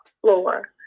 floor